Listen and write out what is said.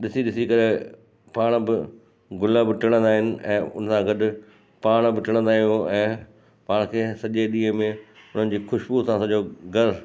ॾिसी ॾिसी करे पाण बि गुलाब टिणंदा आहिनि ऐं उनसां गॾु पाण बि टिणंदा आहियूं ऐं पाण खे सॼे ॾींहुुं में उन्हनि जी खुशबू सां सॼो घर